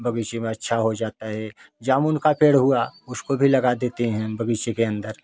बगीचे में अच्छा हो जाता है जामुन का पेड़ हुआ उसको भी लगा देते हैं बगीचे के अंदर